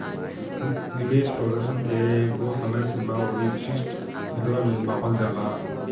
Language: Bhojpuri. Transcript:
निवेश प्रदर्शन के एकगो समय सीमा अउरी विशिष्ट मुद्रा में मापल जाला